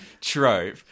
trope